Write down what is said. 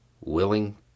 willing